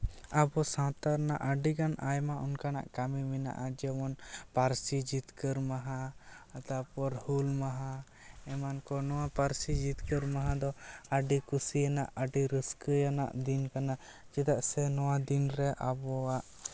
ᱟᱵᱚ ᱥᱟᱶᱛᱟ ᱨᱮᱱᱟᱜ ᱟᱹᱰᱤᱜᱟᱱ ᱟᱭᱢᱟ ᱚᱱᱠᱟᱱᱟᱜ ᱠᱟᱹᱢᱤ ᱢᱮᱱᱟᱜᱼᱟ ᱡᱮᱢᱚᱱ ᱯᱟᱹᱨᱥᱤ ᱡᱤᱛᱠᱟᱹᱨ ᱢᱟᱦᱟ ᱛᱟᱨᱯᱚᱨ ᱦᱩᱞ ᱢᱟᱦᱟ ᱮᱢᱟᱱ ᱠᱚ ᱱᱚᱣᱟ ᱯᱟᱹᱨᱥᱤ ᱡᱤᱛᱠᱟᱹᱨ ᱢᱟᱦᱟ ᱫᱚ ᱟᱹᱰᱤ ᱠᱩᱥᱤ ᱟᱱᱟᱜ ᱟᱹᱰᱤ ᱨᱟᱹᱥᱠᱟᱹ ᱟᱱᱟᱜ ᱫᱤᱱ ᱠᱟᱱᱟ ᱪᱮᱫᱟᱜ ᱥᱮ ᱱᱚᱣᱟ ᱫᱤᱱᱨᱮ ᱟᱵᱚᱣᱟᱜ